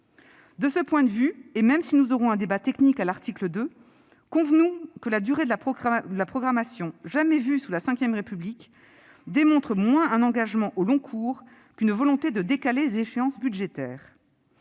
De ce point de vue, et même si nous aurons un débat technique à l'article 2, convenons que la durée de la programmation, jamais vue sous la V République, démontre moins un engagement au long cours qu'une volonté de décaler les échéances budgétaires